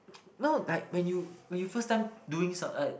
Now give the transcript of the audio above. no like when you when you first time doing some like